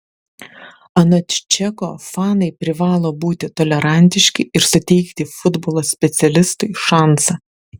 anot čeko fanai privalo būti tolerantiški ir suteikti futbolo specialistui šansą